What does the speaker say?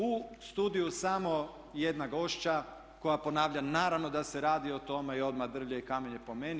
U studiju samo jedna gošća koja ponavlja naravno da se radi o tome i odmah drvlje i kamenje po meni.